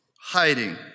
hiding